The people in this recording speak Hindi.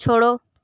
छोड़ो